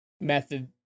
method